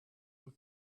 you